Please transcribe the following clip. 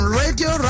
radio